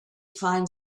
find